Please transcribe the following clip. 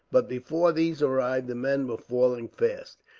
but before these arrived the men were falling fast.